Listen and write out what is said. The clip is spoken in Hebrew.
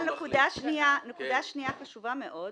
אבל נקודה שנייה וחשובה מאוד,